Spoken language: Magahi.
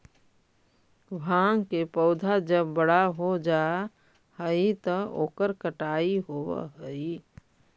भाँग के पौधा जब बड़ा हो जा हई त ओकर कटाई होवऽ हई